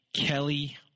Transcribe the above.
Kelly